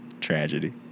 Tragedy